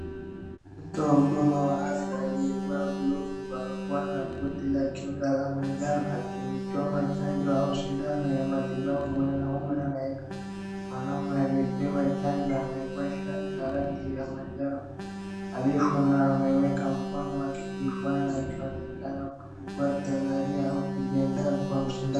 Mtu wa huduma ya afya aliyevaa glove barakoa, na koti la kinga la manjano akimchoma chanjo au sindano ya matibabu mwanume anaye, mwanaume akiyepewa chanjo amevaa shati ya rangi ya manjano refu, na ameweka mkono wake kifuani akiwa amekaa na kuchukua tahadhari au kujiandaa kwa sindano.